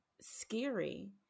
scary